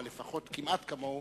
אבל לפחות כמעט כמוהו,